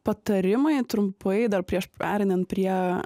patarimai trumpai dar prieš pereinant prie